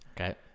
Okay